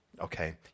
okay